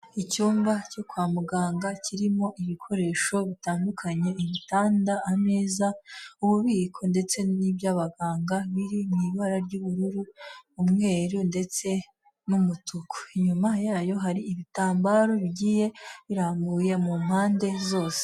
Icyumba cyo kwa muganga kirimo ibikoresho bitandukanye, ibitanda, ameza, ububiko ndetse n'iby'abaganga biri mu ibara ry'ubururu, umweru ndetse n'umutuku, inyuma yayo hari ibitambaro bigiye birambuye mu mpande zose.